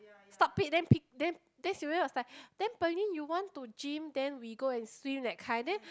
stop it then P then then Sylvia was like then Pearlyn you want to gym then we go and swim that kind then